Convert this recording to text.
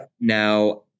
now